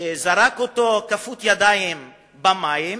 זרק אותו כפות ידיים למים,